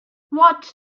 what